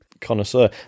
connoisseur